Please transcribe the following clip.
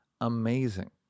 amazing